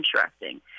interesting